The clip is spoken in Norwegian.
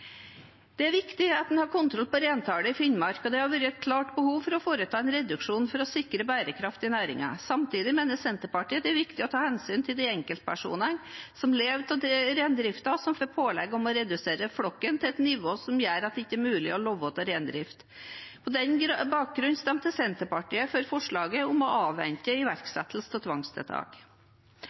Det er viktig at man har kontroll på reintallet i Finnmark, og det har vært et klart behov for å foreta en reduksjon for å sikre bærekraften i næringen. Samtidig mener Senterpartiet det er viktig å ta hensyn til de enkeltpersonene som lever av reindriften, og som får pålegg om å redusere flokken til et nivå som gjør at det ikke er mulig å leve av reindrift. På denne bakgrunn stemte Senterpartiet for forslaget om å avvente iverksettelse av tvangstiltak.